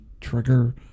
trigger